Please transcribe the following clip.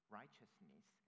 righteousness